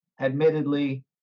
admittedly